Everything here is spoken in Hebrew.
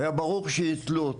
היה ברור שייתלו אותו,